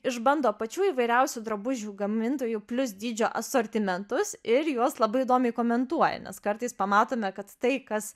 išbando pačių įvairiausių drabužių gamintojų plius dydžio asortimentus ir juos labai įdomiai komentuoja nes kartais pamatome kad tai kas